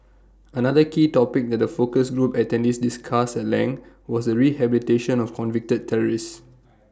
another key topic that the focus group attendees discussed at length was the rehabilitation of convicted terrorists